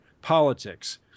Politics